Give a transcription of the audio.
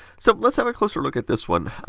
so, let's have a closer look at this one.